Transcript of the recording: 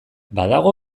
badago